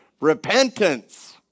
Repentance